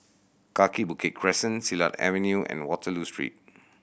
Kaki Bukit Crescent Silat Avenue and Waterloo Street